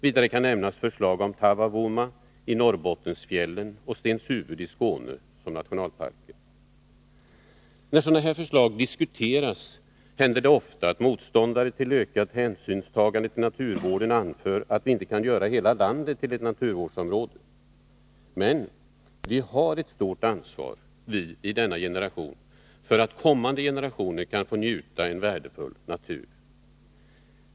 Vidare kan nämnas förslag om Taavavuoma i Norrbottensfjällen och Stenshuvud i Skåne som nationalparker. När sådana här förslag diskuteras, händer det ofta att motståndare till ökat hänsynstagande till naturvården anför att vi inte kan göra hela landet till ett naturvårdsområde. Men vi i denna generation har ett stort ansvar för att kommande generationer skall kunna få njuta av en värdefull natur.